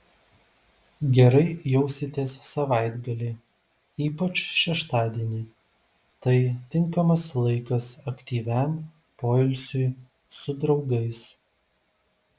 gerai jausitės savaitgalį ypač šeštadienį tai tinkamas laikas aktyviam poilsiui su draugais